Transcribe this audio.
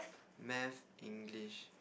math English